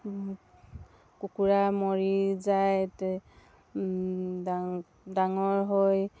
কুকুৰা মৰি যায় ডাঙৰ হৈ